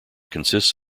consists